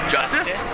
Justice